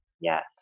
Yes